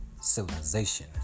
civilization